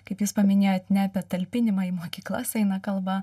kaip jūs paminėjot ne apie talpinimą į mokyklas eina kalba